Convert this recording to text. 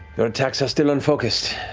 your attacks are still unfocused.